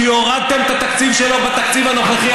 כי הורדתם את התקציב שלו בתקציב הנוכחי,